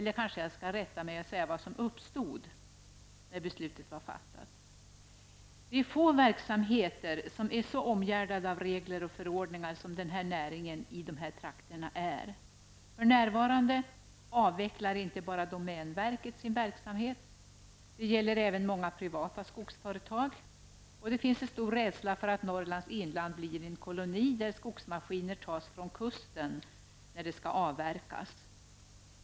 Det är få verksamheter i dessa trakter som är så omgärdade av regler och förordningar som denna näring. För närvarande avvecklar inte bara domänverket sin verksamhet. Det gäller även många privata skogsföretag. Det finns en stor rädsla för att Norrlands inland blir en koloni där skogsmaskiner tas från kusten för avverkning.